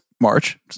March